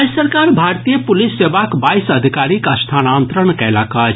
राज्य सरकार भारतीय पुलिस सेवाक बाईस अधिकारीक स्थानांतरण कयलक अछि